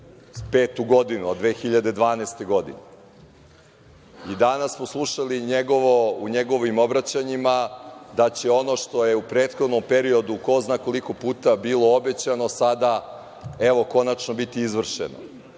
petu godinu, od 2012. godine. Danas smo slušali u njegovim obraćanjima da će ono što je u prethodnom periodu ko zna koliko puta bilo obećano sada, evo, konačno biti izvršeno.